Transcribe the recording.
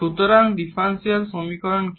সুতরাং ডিফারেনশিয়াল সমীকরণ কি